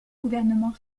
gouvernement